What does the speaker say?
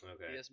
Okay